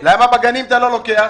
למה בגנים אתה לא לוקח?